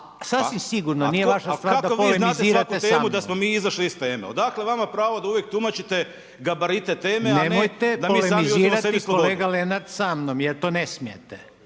A kako vi znate svaku temu, da smo mi izašli iz teme, odakle vama pravo, da uvijek tumačite gabarite teme, a ne da mi sami uzimamo sebi slobodu. **Reiner, Željko (HDZ)** Nemojte polemizirati kolega Lenart sa mnom, jer to ne smijete.